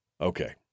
okay